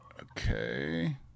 Okay